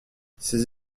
ses